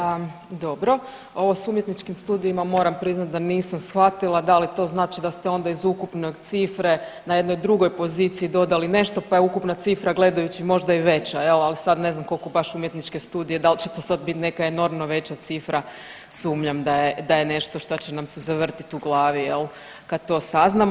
Pa dobro, ovo sa umjetničkim studijima moram priznat da nisam shvatila da li to znači da ste onda iz ukupne cifre na jednoj drugoj poziciji dodali nešto pa je ukupna cifra gledajući možda i veća jel, ali sad ne znam koliko baš umjetničke studije dal će to sad biti neka enormno veća cifra sumnjam da je nešto što će nam se zavrtit u glavi jel kad to saznamo.